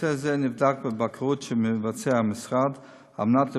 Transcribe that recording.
נושא זה נבדק בביקורות שהמשרד מבצע כדי